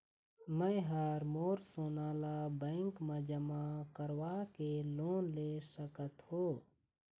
मैं हर मोर सोना ला बैंक म जमा करवाके लोन ले सकत हो?